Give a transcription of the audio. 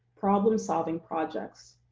problem-solving projects.